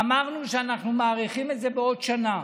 אמרנו שאנחנו מאריכים את זה בעוד שנה,